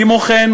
כמו כן,